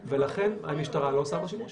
ולכן המשטרה לא עושה בו שימוש